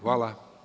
Hvala.